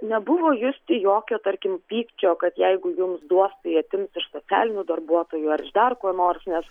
nebuvo justi jokio tarkim pykčio kad jeigu jums duos tai atims iš socialinių darbuotojų ar iš dar ko nors nes